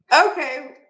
Okay